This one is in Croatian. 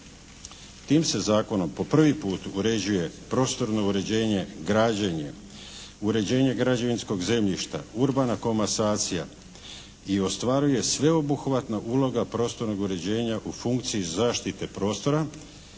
Tim se zakonom po prvi put uređuje prostorno uređenje, građenje, uređenje građevinskog zemljišta, urbana komasacija i ostvaruje sveobuhvatna uloga prostornog uređenja u funkciji zaštite prostora